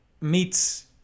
...meets